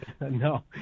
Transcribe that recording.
No